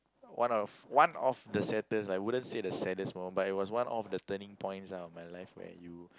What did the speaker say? one of one of the saddest I wouldn't say the saddest moment but it was of the turning points in my life where you